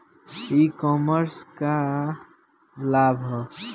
ई कॉमर्स क का लाभ ह?